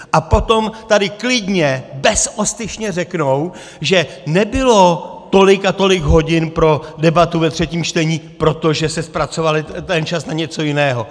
A potom tady klidně, bezostyšně řeknou, že nebylo tolik a tolik hodin pro debatu ve třetím čtení, protože se zpracoval ten čas na něco jiného!